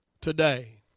today